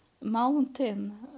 mountain